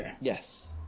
Yes